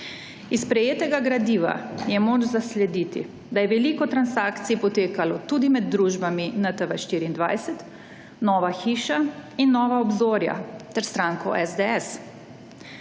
Iz prejetega gradiva je moč zaslediti, da je veliko transakcij potekalo tudi med družbami NTV24, Nova hiša in Nova obzorja ter stranko SDS.